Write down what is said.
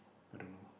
I don't know